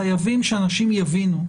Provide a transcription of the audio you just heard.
חייבים שאנשים יבינו.